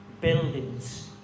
buildings